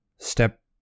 Step